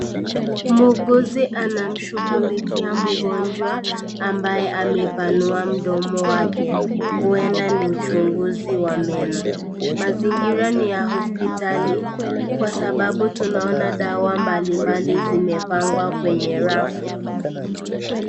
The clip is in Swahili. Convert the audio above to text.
Muuguzi anamshughulikia mgonjwa ambaye amepanua mdomo wake huenda ni uchunguzi wa meno. Mazingira ni ya hospitali kwa sababu tunaona dawa mbalimbali zimepangwa kwenye rafu.